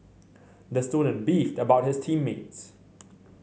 the student beefed about his team mates